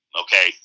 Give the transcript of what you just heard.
okay